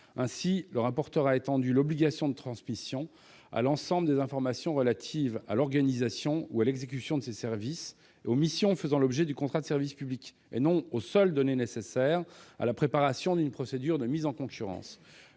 Ainsi, le rapporteur a étendu l'obligation de transmission à l'ensemble des informations relatives « à l'organisation ou à l'exécution de ces services et aux missions faisant l'objet du contrat de service public, et non aux seules données nécessaires à la préparation d'une procédure de mise en concurrence